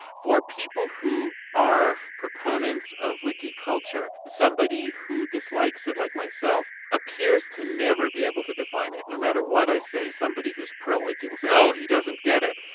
for people who are proponents of wiki culture, somebody who dislikes it like myself appears to never be able to define it no matter what i say somebody who's pro-wiki will say, oh, he doesn't get it'.